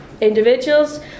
individuals